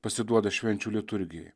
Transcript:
pasiduoda švenčių liturgijai